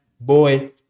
boy